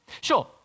Sure